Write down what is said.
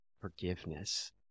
forgiveness